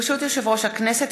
ברשות יושב-ראש הכנסת,